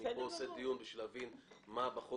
אני פה מקיים דין בשביל להבין מה בחוק